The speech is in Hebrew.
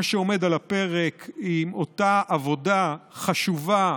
מה שעומד על הפרק הוא אותה עבודה חשובה,